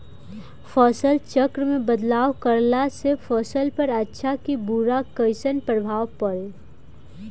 फसल चक्र मे बदलाव करला से फसल पर अच्छा की बुरा कैसन प्रभाव पड़ी?